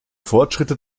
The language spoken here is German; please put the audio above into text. fortschritte